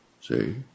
see